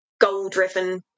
goal-driven